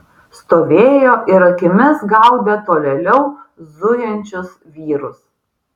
stovėjo ir akimis gaudė tolėliau zujančius vyrus